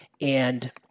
And-